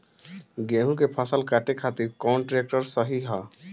गेहूँ के फसल काटे खातिर कौन ट्रैक्टर सही ह?